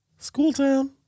Schooltown